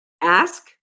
Ask